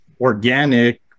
organic